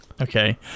okay